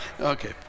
Okay